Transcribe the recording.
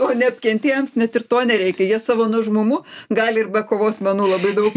o neapkentėjams net ir to nereikia jie savo nuožmumu gali ir be kovos menų labai daug